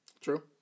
True